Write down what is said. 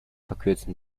verkürzen